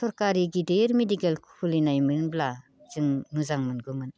सरखारि गिदिर मेडिकेल खुलिनायमोनब्ला जों मोजां मोनगौमोन